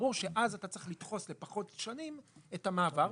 ברור שאז אתה צריך לדחוס לפחות שנים את המעבר,